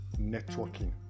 networking